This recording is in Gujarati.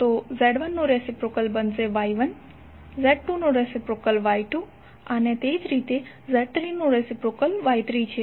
તો Z1 નું રેસિપ્રોકલ Y1 છે Z2 નું રેસિપ્રોકલ Y2 છે અને તે જ રીતે Z3નુ રેસિપ્રોકલ Y3 છે